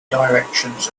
directions